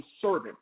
servant